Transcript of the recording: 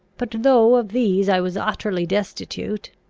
but, though of these i was utterly destitute,